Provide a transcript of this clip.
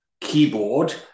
keyboard